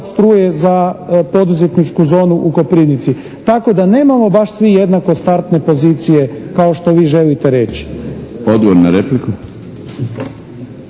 struje poduzetničku zonu u Koprivnicu tako da nemamo baš svi jednako startne pozicije kao što vi želite reći. **Milinović,